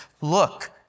look